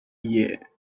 year